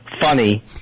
funny